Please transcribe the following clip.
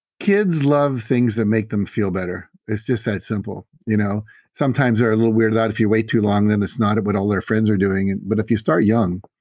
kids love things that make them feel better. it's just that simple you know sometimes they're a little weirded out if you wait too long, then it's not it would all their friends are doing it. but if you start young,